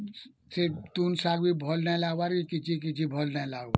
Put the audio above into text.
ସେ ତୁନ୍ ଶାଗ ଭଲ୍ ନାଇ ଲାଗ୍ବାର୍ କିଛି କିଛି ଭଲ୍ ନାଇ ଲାଗ୍ବୋ